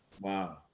wow